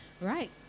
Right